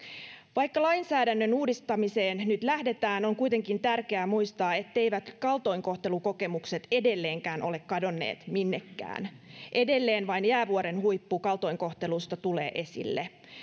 vaikka lainsäädännön uudistamiseen nyt lähdetään on kuitenkin tärkeää muistaa etteivät kaltoinkohtelukokemukset edelleenkään ole kadonneet minnekään edelleen vain jäävuoren huippu kaltoinkohtelusta tulee esille